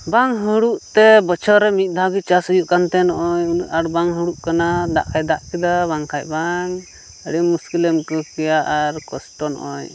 ᱵᱟᱝ ᱦᱩᱲᱩᱜᱛᱮ ᱵᱚᱪᱷᱚᱨ ᱨᱮ ᱢᱤᱫ ᱫᱷᱟᱣ ᱜᱮ ᱪᱟᱥ ᱦᱩᱭᱩᱜ ᱠᱟᱱᱛᱮ ᱱᱚᱜᱼᱚᱭ ᱩᱱᱟᱹᱜ ᱟᱸᱴ ᱵᱟᱝ ᱦᱩᱲᱩᱜ ᱠᱟᱱᱟ ᱫᱟᱜ ᱠᱷᱟᱡ ᱫᱟᱜ ᱠᱮᱫᱟ ᱵᱟᱝᱠᱷᱟᱡ ᱵᱟᱝ ᱟᱹᱰᱤ ᱢᱩᱥᱠᱤᱞ ᱮᱢ ᱟᱹᱭᱠᱟᱹᱣ ᱠᱮᱭᱟ ᱟᱨ ᱠᱚᱥᱴᱚ ᱱᱚᱜᱼᱚᱭ